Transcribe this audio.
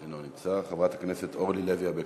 אינו נמצא, חברת הכנסת אורלי לוי אבקסיס.